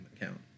account